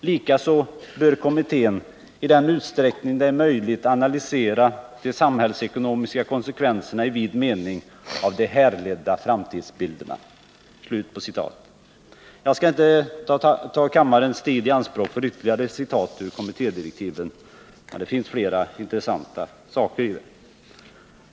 Likaså bör kommittén i den utsträckning det är möjligt analysera de samhällsekonomiska konsekvenserna i vid mening av de härledda framtidsbilderna.” Jag skall inte ta kammarens tid i anspråk för ytterligare citat ur kommittédirektiven, men det finns flera intressanta saker i dem.